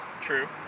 True